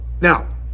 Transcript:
Now